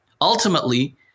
ultimately